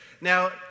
Now